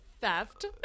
theft